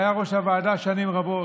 שהיה ראש הוועדה שנים רבות,